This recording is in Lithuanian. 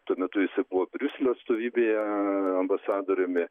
tuo metu jisai buvo briuselio atstovybėje ambasadoriumi